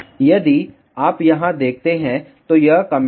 यदि आप यहाँ देखते हैं तो ये कमेंट हैं